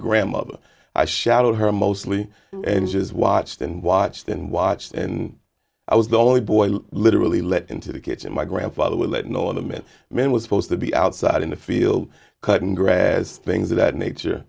grandmother i shot her mostly and just watched and watched and watched and i was the only boy literally let into the kitchen my grandfather would let no animal man was supposed to be outside in the field cutting grass things of that nature